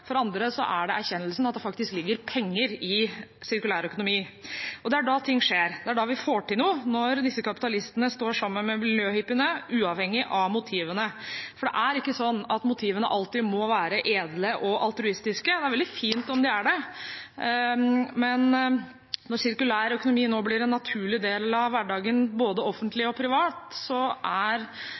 for andre er det erkjennelsen av at det faktisk ligger penger i sirkulærøkonomi. Det er da ting skjer. Det er da vi får til noe, når disse kapitalistene står sammen med miljøhippiene, uavhengig av motivene. Det er ikke slik at motivene alltid må være edle og altruistiske. Det er veldig fint om de er det, men når sirkulærøkonomi nå blir en naturlig del av hverdagen både offentlig og privat, er